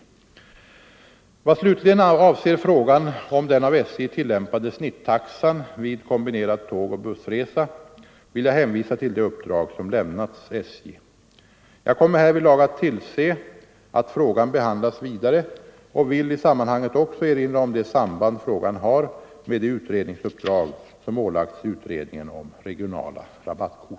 av olönsam Vad slutligen avser frågan om den av SJ tillämpade snittaxan vid komjärnvägstrafik, binerad tågoch bussresa vill jag hänvisa till det uppdrag som lämnats Mm.m. SJ. Jag kommer härvidlag att tillse att frågan behandlas vidare och vill i sammanhanget också erinra om det samband frågan har med det utredningsuppdrag som ålagts utredningen om regionala rabattkort.